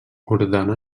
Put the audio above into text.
ordenà